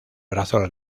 brazo